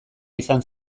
izan